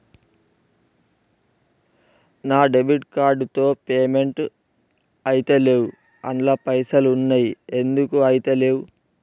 నా debit card తో payment ఐతలేవ్ అండ్ల పైసల్ ఉన్నయి ఎందుకు ఐతలేవ్?